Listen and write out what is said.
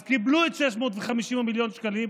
אז קיבלו את 650 מיליון השקלים,